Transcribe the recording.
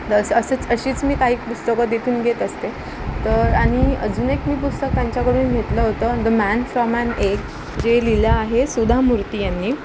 अस असंच अशीच मी काही पुस्तकं तिथून घेत असते तर आणि अजून एक मी पुस्तक त्यांच्याकडून घेतलं होतं the man from an egg जे लिहिलं आहे सुधा मुर्ती यांनी